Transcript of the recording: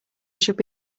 should